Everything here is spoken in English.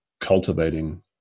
cultivating